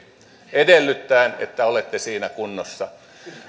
edellyttäen että olette siinä kunnossa